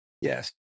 Yes